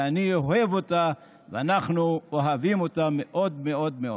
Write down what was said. שאני אוהב אותה ואנחנו אוהבים אותה מאוד מאוד מאוד.